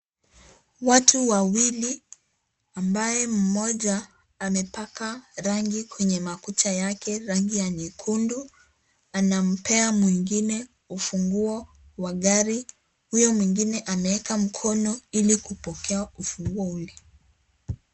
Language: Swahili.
Watu wawili ambaye mmoja amepaka rangi kwenye makucha yake, rangi ya nyekundu, anampea mwingine ufunguo wa gari. Huyo mwingine ameeka mkono ili kupokea ufunguo ule.